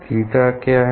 theta क्या है